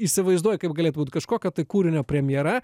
įsivaizduoju kaip galėtų būt kažkokio tai kūrinio premjera